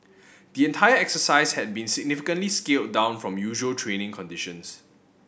the entire exercise had been significantly scaled down from usual training conditions